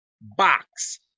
box